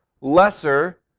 lesser